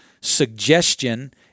suggestion